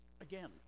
Again